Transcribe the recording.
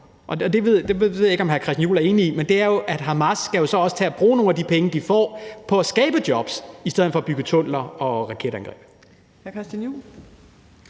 det ved jeg ikke om hr. Christian Juhl er enig i – at Hamas så også skal til at bruge nogle af de penge, de får, på at skabe jobs i stedet for at bygge tunneller og foretage